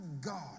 God